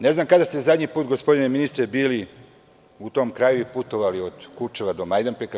Ne znam kada ste zadnji put, gospodine ministre, bili u to kraju i putovali od Kučeva do Majdanpeka.